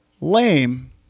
Lame